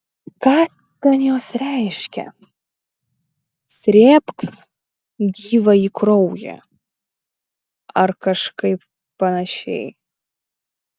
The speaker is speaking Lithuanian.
ką ten jos reiškia srėbk gyvąjį kraują ar kažkaip panašiai